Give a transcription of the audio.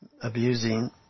abusing